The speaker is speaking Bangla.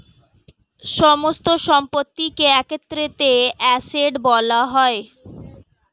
সমস্ত সম্পত্তিকে একত্রে অ্যাসেট্ বলা হয়